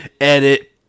Edit